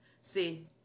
See